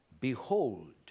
Behold